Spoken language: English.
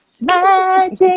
Magic